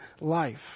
life